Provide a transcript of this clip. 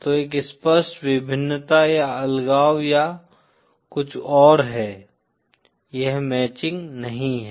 तो एक स्पष्ट विभिन्नता या अलगाव या कुछ और है यह मैचिंग नहीं है